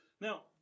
Now